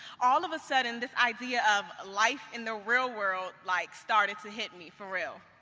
all of a sudden, this idea of life in the real world, like, started to hit me, for real.